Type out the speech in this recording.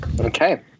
Okay